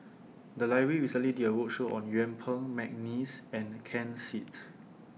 The Library recently did A roadshow on Yuen Peng Mcneice and Ken Seet